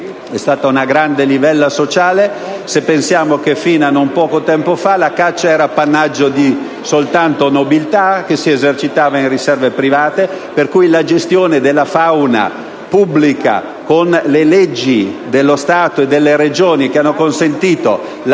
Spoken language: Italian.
è stata una grande livella sociale, se pensiamo che fino a non poco tempo fa era appannaggio soltanto della nobiltà, che si esercitava in riserve private. La gestione della fauna pubblica, a seguito delle leggi dello Stato e delle Regioni che hanno consentito